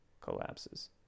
collapses